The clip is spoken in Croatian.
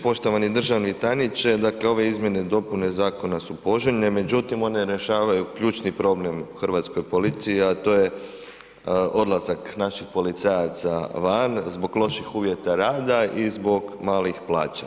Poštovani državni tajniče, dakle, ove izmjene i dopune zakona su poželjne, međutim, one ne rješavaju ključni problem u hrvatskoj policiji, a to je odlazak naših policajaca van zbog loših uvjeta rada i zbog malih plaća.